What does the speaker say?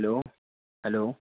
hello hello